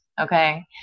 okay